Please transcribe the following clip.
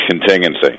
contingency